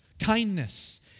kindness